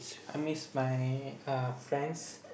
I miss my uh friends